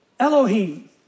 Elohim